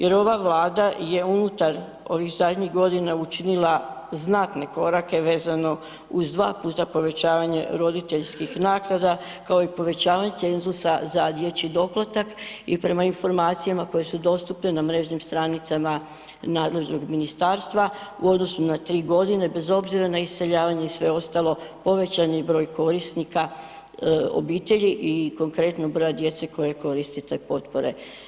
Jer ova Vlada je unutar ovih zadnjih godina učinila znatne korake vezano uz 2 puta povećavanje roditeljskih naknada kao i povećavanje cenzusa za dječji doplatak i prema informacijama koje su dostupne na mrežnim stranicama nadležnog ministarstva u odnosu na 3 godine bez obzira na iseljavanje i sve ostalo povećan je broj korisnika obitelji i konkretno broja djece koja koriste te potpore.